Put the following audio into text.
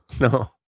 No